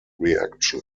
reaction